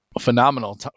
Phenomenal